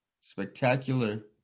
spectacular